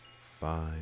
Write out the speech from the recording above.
five